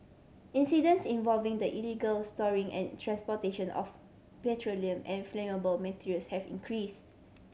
incidents involving the illegal storing and transportation of petroleum and flammable materials have increase